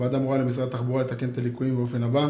הוועדה מורה למשרד התחבורה לתקן את הליקויים באופן הבא: